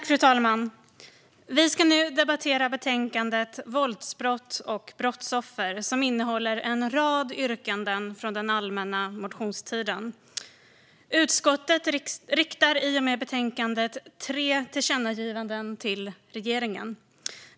Fru talman! Vi ska nu debattera betänkandet Våldsbrott och brotts offer , som innehåller en rad yrkanden från den allmänna motionstiden. Utskottet riktar i betänkandet tre tillkännagivanden till regeringen.